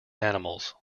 animals